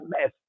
mess